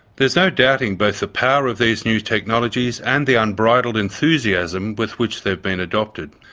there's no doubting both the power of these new technologies and the unbridled enthusiasm with which they've been adopted.